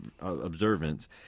observance